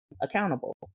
accountable